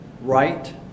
right